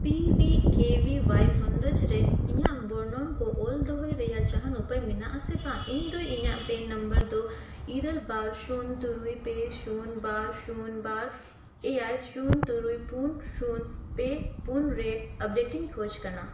ᱵᱚᱱᱫᱮᱡᱽ ᱨᱮ ᱤᱧᱟᱹᱜ ᱵᱚᱨᱱᱚᱱ ᱠᱚ ᱚᱞ ᱫᱚᱦᱚᱭ ᱨᱮᱭᱟᱜ ᱡᱟᱦᱟᱱ ᱩᱯᱟᱹᱭ ᱢᱮᱱᱟᱜᱼᱟ ᱥᱮ ᱵᱟᱝ ᱤᱧᱫᱚ ᱤᱧᱟᱹᱜ ᱫᱚ ᱤᱨᱟᱹᱞ ᱵᱟᱨ ᱥᱩᱱ ᱛᱩᱨᱩᱭ ᱯᱮ ᱥᱩᱱ ᱵᱟᱨ ᱥᱩᱱ ᱵᱟᱨ ᱮᱭᱟᱭ ᱥᱩᱱ ᱛᱩᱨᱩᱭ ᱯᱩᱱ ᱥᱩᱱ ᱯᱮ ᱯᱩᱱ ᱨᱮ ᱤᱧ ᱠᱷᱚᱡᱽ ᱠᱟᱱᱟ